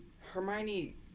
Hermione